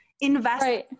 invest